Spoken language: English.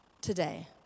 today